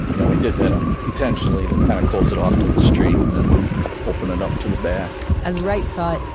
you know, he did that and intentionally to kind of close it off to the street and then open it up to the back. as wright saw it,